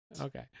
Okay